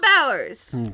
Bowers